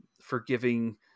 forgiving